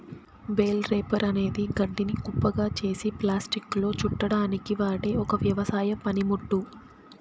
bale wrapper అనేది గడ్డిని కుప్పగా చేసి ప్లాస్టిక్లో చుట్టడానికి వాడె ఒక వ్యవసాయ పనిముట్టు